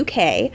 uk